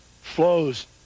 flows